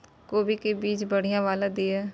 कोबी के बीज बढ़ीया वाला दिय?